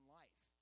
life